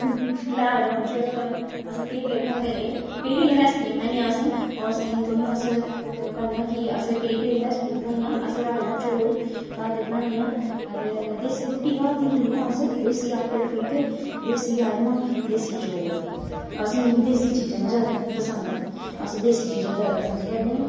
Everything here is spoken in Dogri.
हूं लााकडाउन च अस केह् केह् बनांदे रेह् केह्ड़ी केह्ड़ियां रैसपियां बनाइयां असें ओह् असें तुसें गी अस करने आं कि अस केह्ड़ी केह्ड़ियां रैसपियां बनाइयां असें राजमांह् चौल घर दे बनान्ने आं हां ते देसी रुट्टी घर दी खन्ने आं अस देसी आटे दे फुलके देसी राजमांह् देसी चौल असें गी देसी चीजां गै जैदा पसंद न अस देसी चीजां जैदा पसंद करने आं